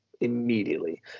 immediately